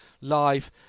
live